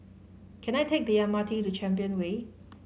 can I take the M R T to Champion Way